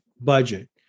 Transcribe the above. budget